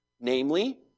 Namely